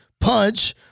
punch